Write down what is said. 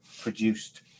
produced